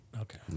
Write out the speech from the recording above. Okay